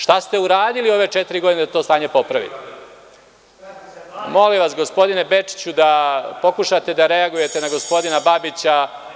Šta ste uradili za ove četiri godine da to stanje popravite? (Zoran Babić dobacuje.) Molim vas, gospodine Bečiću, da pokušate da reagujete na gospodina Babića.